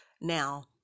Now